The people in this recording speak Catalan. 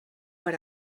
per